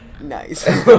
nice